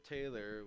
Taylor